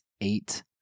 eight